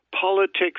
Politics